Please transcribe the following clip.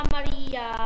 Maria